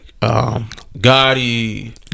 Gotti